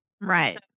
Right